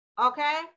Okay